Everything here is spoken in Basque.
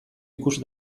ikus